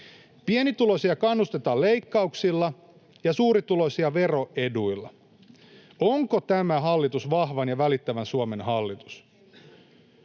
Pienituloisia kannustetaan leikkauksilla ja suurituloisia veroeduilla. Onko tämä hallitus vahvan ja välittävän Suomen hallitus?